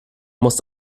muss